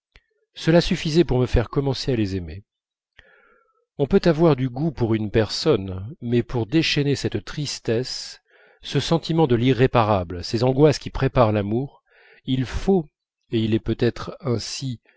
cela suffisait pour me faire commencer à les aimer on peut avoir du goût pour une personne mais pour déchaîner cette tristesse ce sentiment de l'irréparable ces angoisses qui préparent l'amour il faut et il est peut-être ainsi